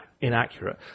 inaccurate